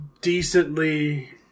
decently